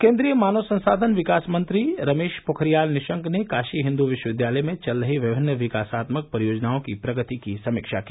केन्द्रीय मानव संसाधन विकास मंत्री रमेश पोखरियाल निशंक ने काशी हिन्दू विश्वविद्यालय में चल रही विभिन्न विकासात्मक परियोजनाओं की प्रगति की समीक्षा की